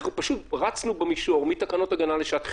פשוט רצנו במישור מתקנות הגנה לשעת חירום,